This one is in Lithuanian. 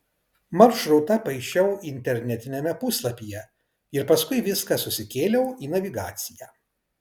maršrutą paišiau internetiniame puslapyje ir paskui viską susikėliau į navigaciją